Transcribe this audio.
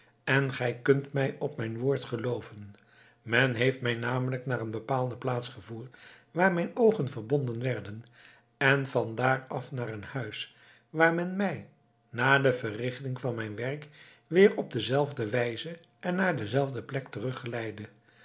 en gij kunt mij op mijn woord gelooven men heeft mij namelijk naar een bepaalde plaats gevoerd waar mijn oogen verbonden werden en vandaar af naar een huis waar men mij na de verrichting van mijn werk weer op dezelfde wijze en naar dezelfde plek